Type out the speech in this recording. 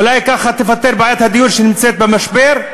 אולי ככה תיפתר בעיית הדיור שנמצא במשבר,